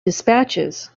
dispatches